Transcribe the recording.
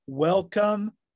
Welcome